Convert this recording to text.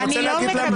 אני רוצה להגיד למה.